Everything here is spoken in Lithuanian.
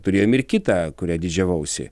turėjom ir kitą kuria didžiavausi